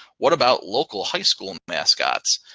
what about local high school and mascots?